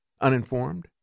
uninformed